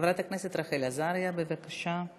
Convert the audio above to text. חברת הכנסת רחל עזריה, בבקשה.